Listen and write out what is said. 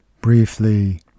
briefly